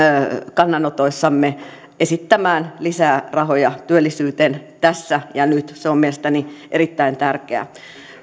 kannanotoissamme esittämään lisää rahoja työllisyyteen tässä ja nyt se on mielestäni erittäin tärkeää